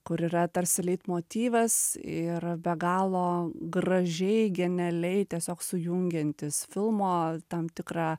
kur yra tarsi leitmotyvas ir be galo gražiai genialiai tiesiog sujungiantis filmo tam tikrą